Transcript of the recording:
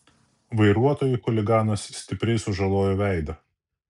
vairuotojui chuliganas stipriai sužalojo veidą